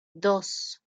dos